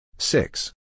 Six